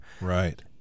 Right